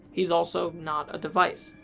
he's also not a device.